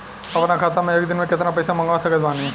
अपना खाता मे एक दिन मे केतना पईसा मँगवा सकत बानी?